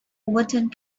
overturned